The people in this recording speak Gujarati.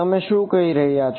તમે શું કહી રહ્યા છો